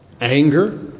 anger